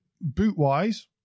boot-wise